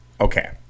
Okay